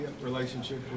relationship